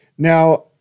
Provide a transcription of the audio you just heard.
Now